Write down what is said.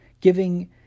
giving